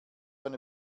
eine